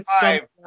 five